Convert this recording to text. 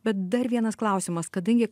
bet dar vienas klausimas kadangi